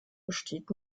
besteht